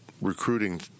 recruiting